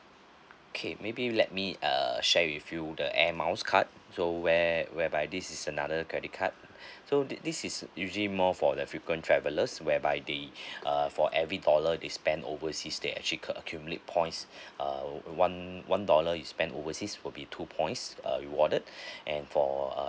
okay maybe let me err share with you the air miles card so where whereby this is another credit card so this this is usually more for the frequent travellers whereby they err for every dollar they spend overseas they actually c~ uh accumulate points err one one dollar you spend overseas will be two points err rewarded and for err